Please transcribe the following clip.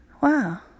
wow